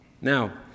Now